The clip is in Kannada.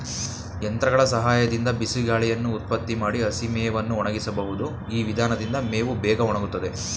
ಯಂತ್ರಗಳ ಸಹಾಯದಿಂದ ಬಿಸಿಗಾಳಿಯನ್ನು ಉತ್ಪತ್ತಿ ಮಾಡಿ ಹಸಿಮೇವನ್ನು ಒಣಗಿಸಬಹುದು ಈ ವಿಧಾನದಿಂದ ಮೇವು ಬೇಗ ಒಣಗುತ್ತದೆ